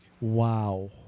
Wow